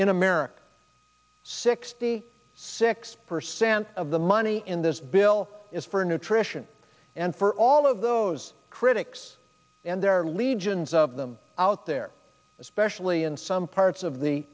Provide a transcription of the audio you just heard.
in america sixty six percent of the money in this bill is for nutrition and for all of those critics and there are legions of them out there especially in some parts of the